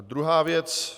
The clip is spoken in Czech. Druhá věc.